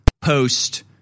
post